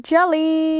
Jelly